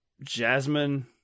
Jasmine